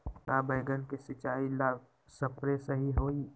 का बैगन के सिचाई ला सप्रे सही होई?